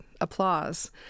applause